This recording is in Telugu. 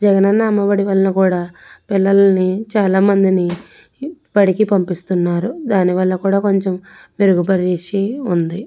జగనన్న అమ్మఒడి వల్ల కూడా పిల్లల్ని చాలా మందిని బడికి పంపిస్తున్నారు దాని వల్ల కూడా కొంచెం మెరుగుపడి ఉంది